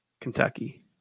Kentucky